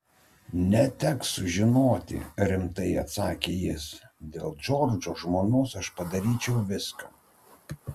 neteks sužinoti rimtai atsakė jis dėl džordžo žmonos aš padaryčiau viską